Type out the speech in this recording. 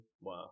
Wow